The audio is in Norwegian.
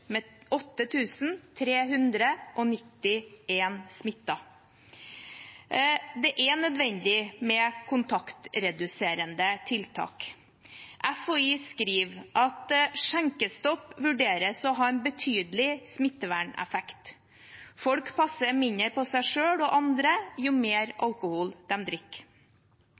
Det er nødvendig med kontaktreduserende tiltak. FHI skriver at «skjenkestopp vurderes å ha en betydelig smitteverneffekt». Folk passer mindre på seg selv og andre jo mer alkohol